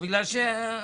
יאללה, בלי נדר.